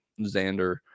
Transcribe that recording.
Xander